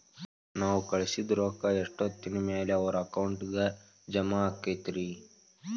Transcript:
ನಾವು ಕಳಿಸಿದ್ ರೊಕ್ಕ ಎಷ್ಟೋತ್ತಿನ ಮ್ಯಾಲೆ ಅವರ ಅಕೌಂಟಗ್ ಜಮಾ ಆಕ್ಕೈತ್ರಿ?